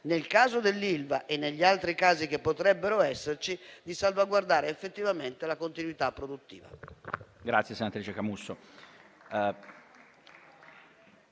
nel caso dell'Ilva e negli altri casi che potrebbero esserci, di salvaguardare effettivamente la continuità produttiva.